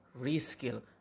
reskill